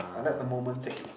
I let the moment take its